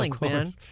man